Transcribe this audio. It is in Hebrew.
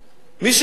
מי שרוצה,